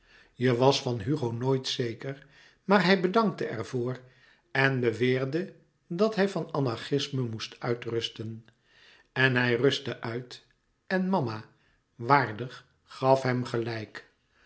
je was van hugo nooit zeker maar hij bedankte er voor en beweerde dat hij van anarchisme moest uitrusten en hij rustte uit en mama waardig gaf hem gelijk